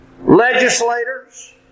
Legislators